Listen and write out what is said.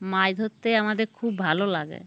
মাছ ধরতে আমাদের খুব ভালো লাগে